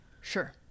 Sure